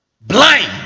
blind